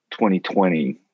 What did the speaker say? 2020